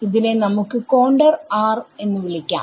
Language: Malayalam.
ഇതിനെ നമുക്ക് കോണ്ടർ R എന്ന് വിളിക്കാം